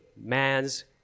man's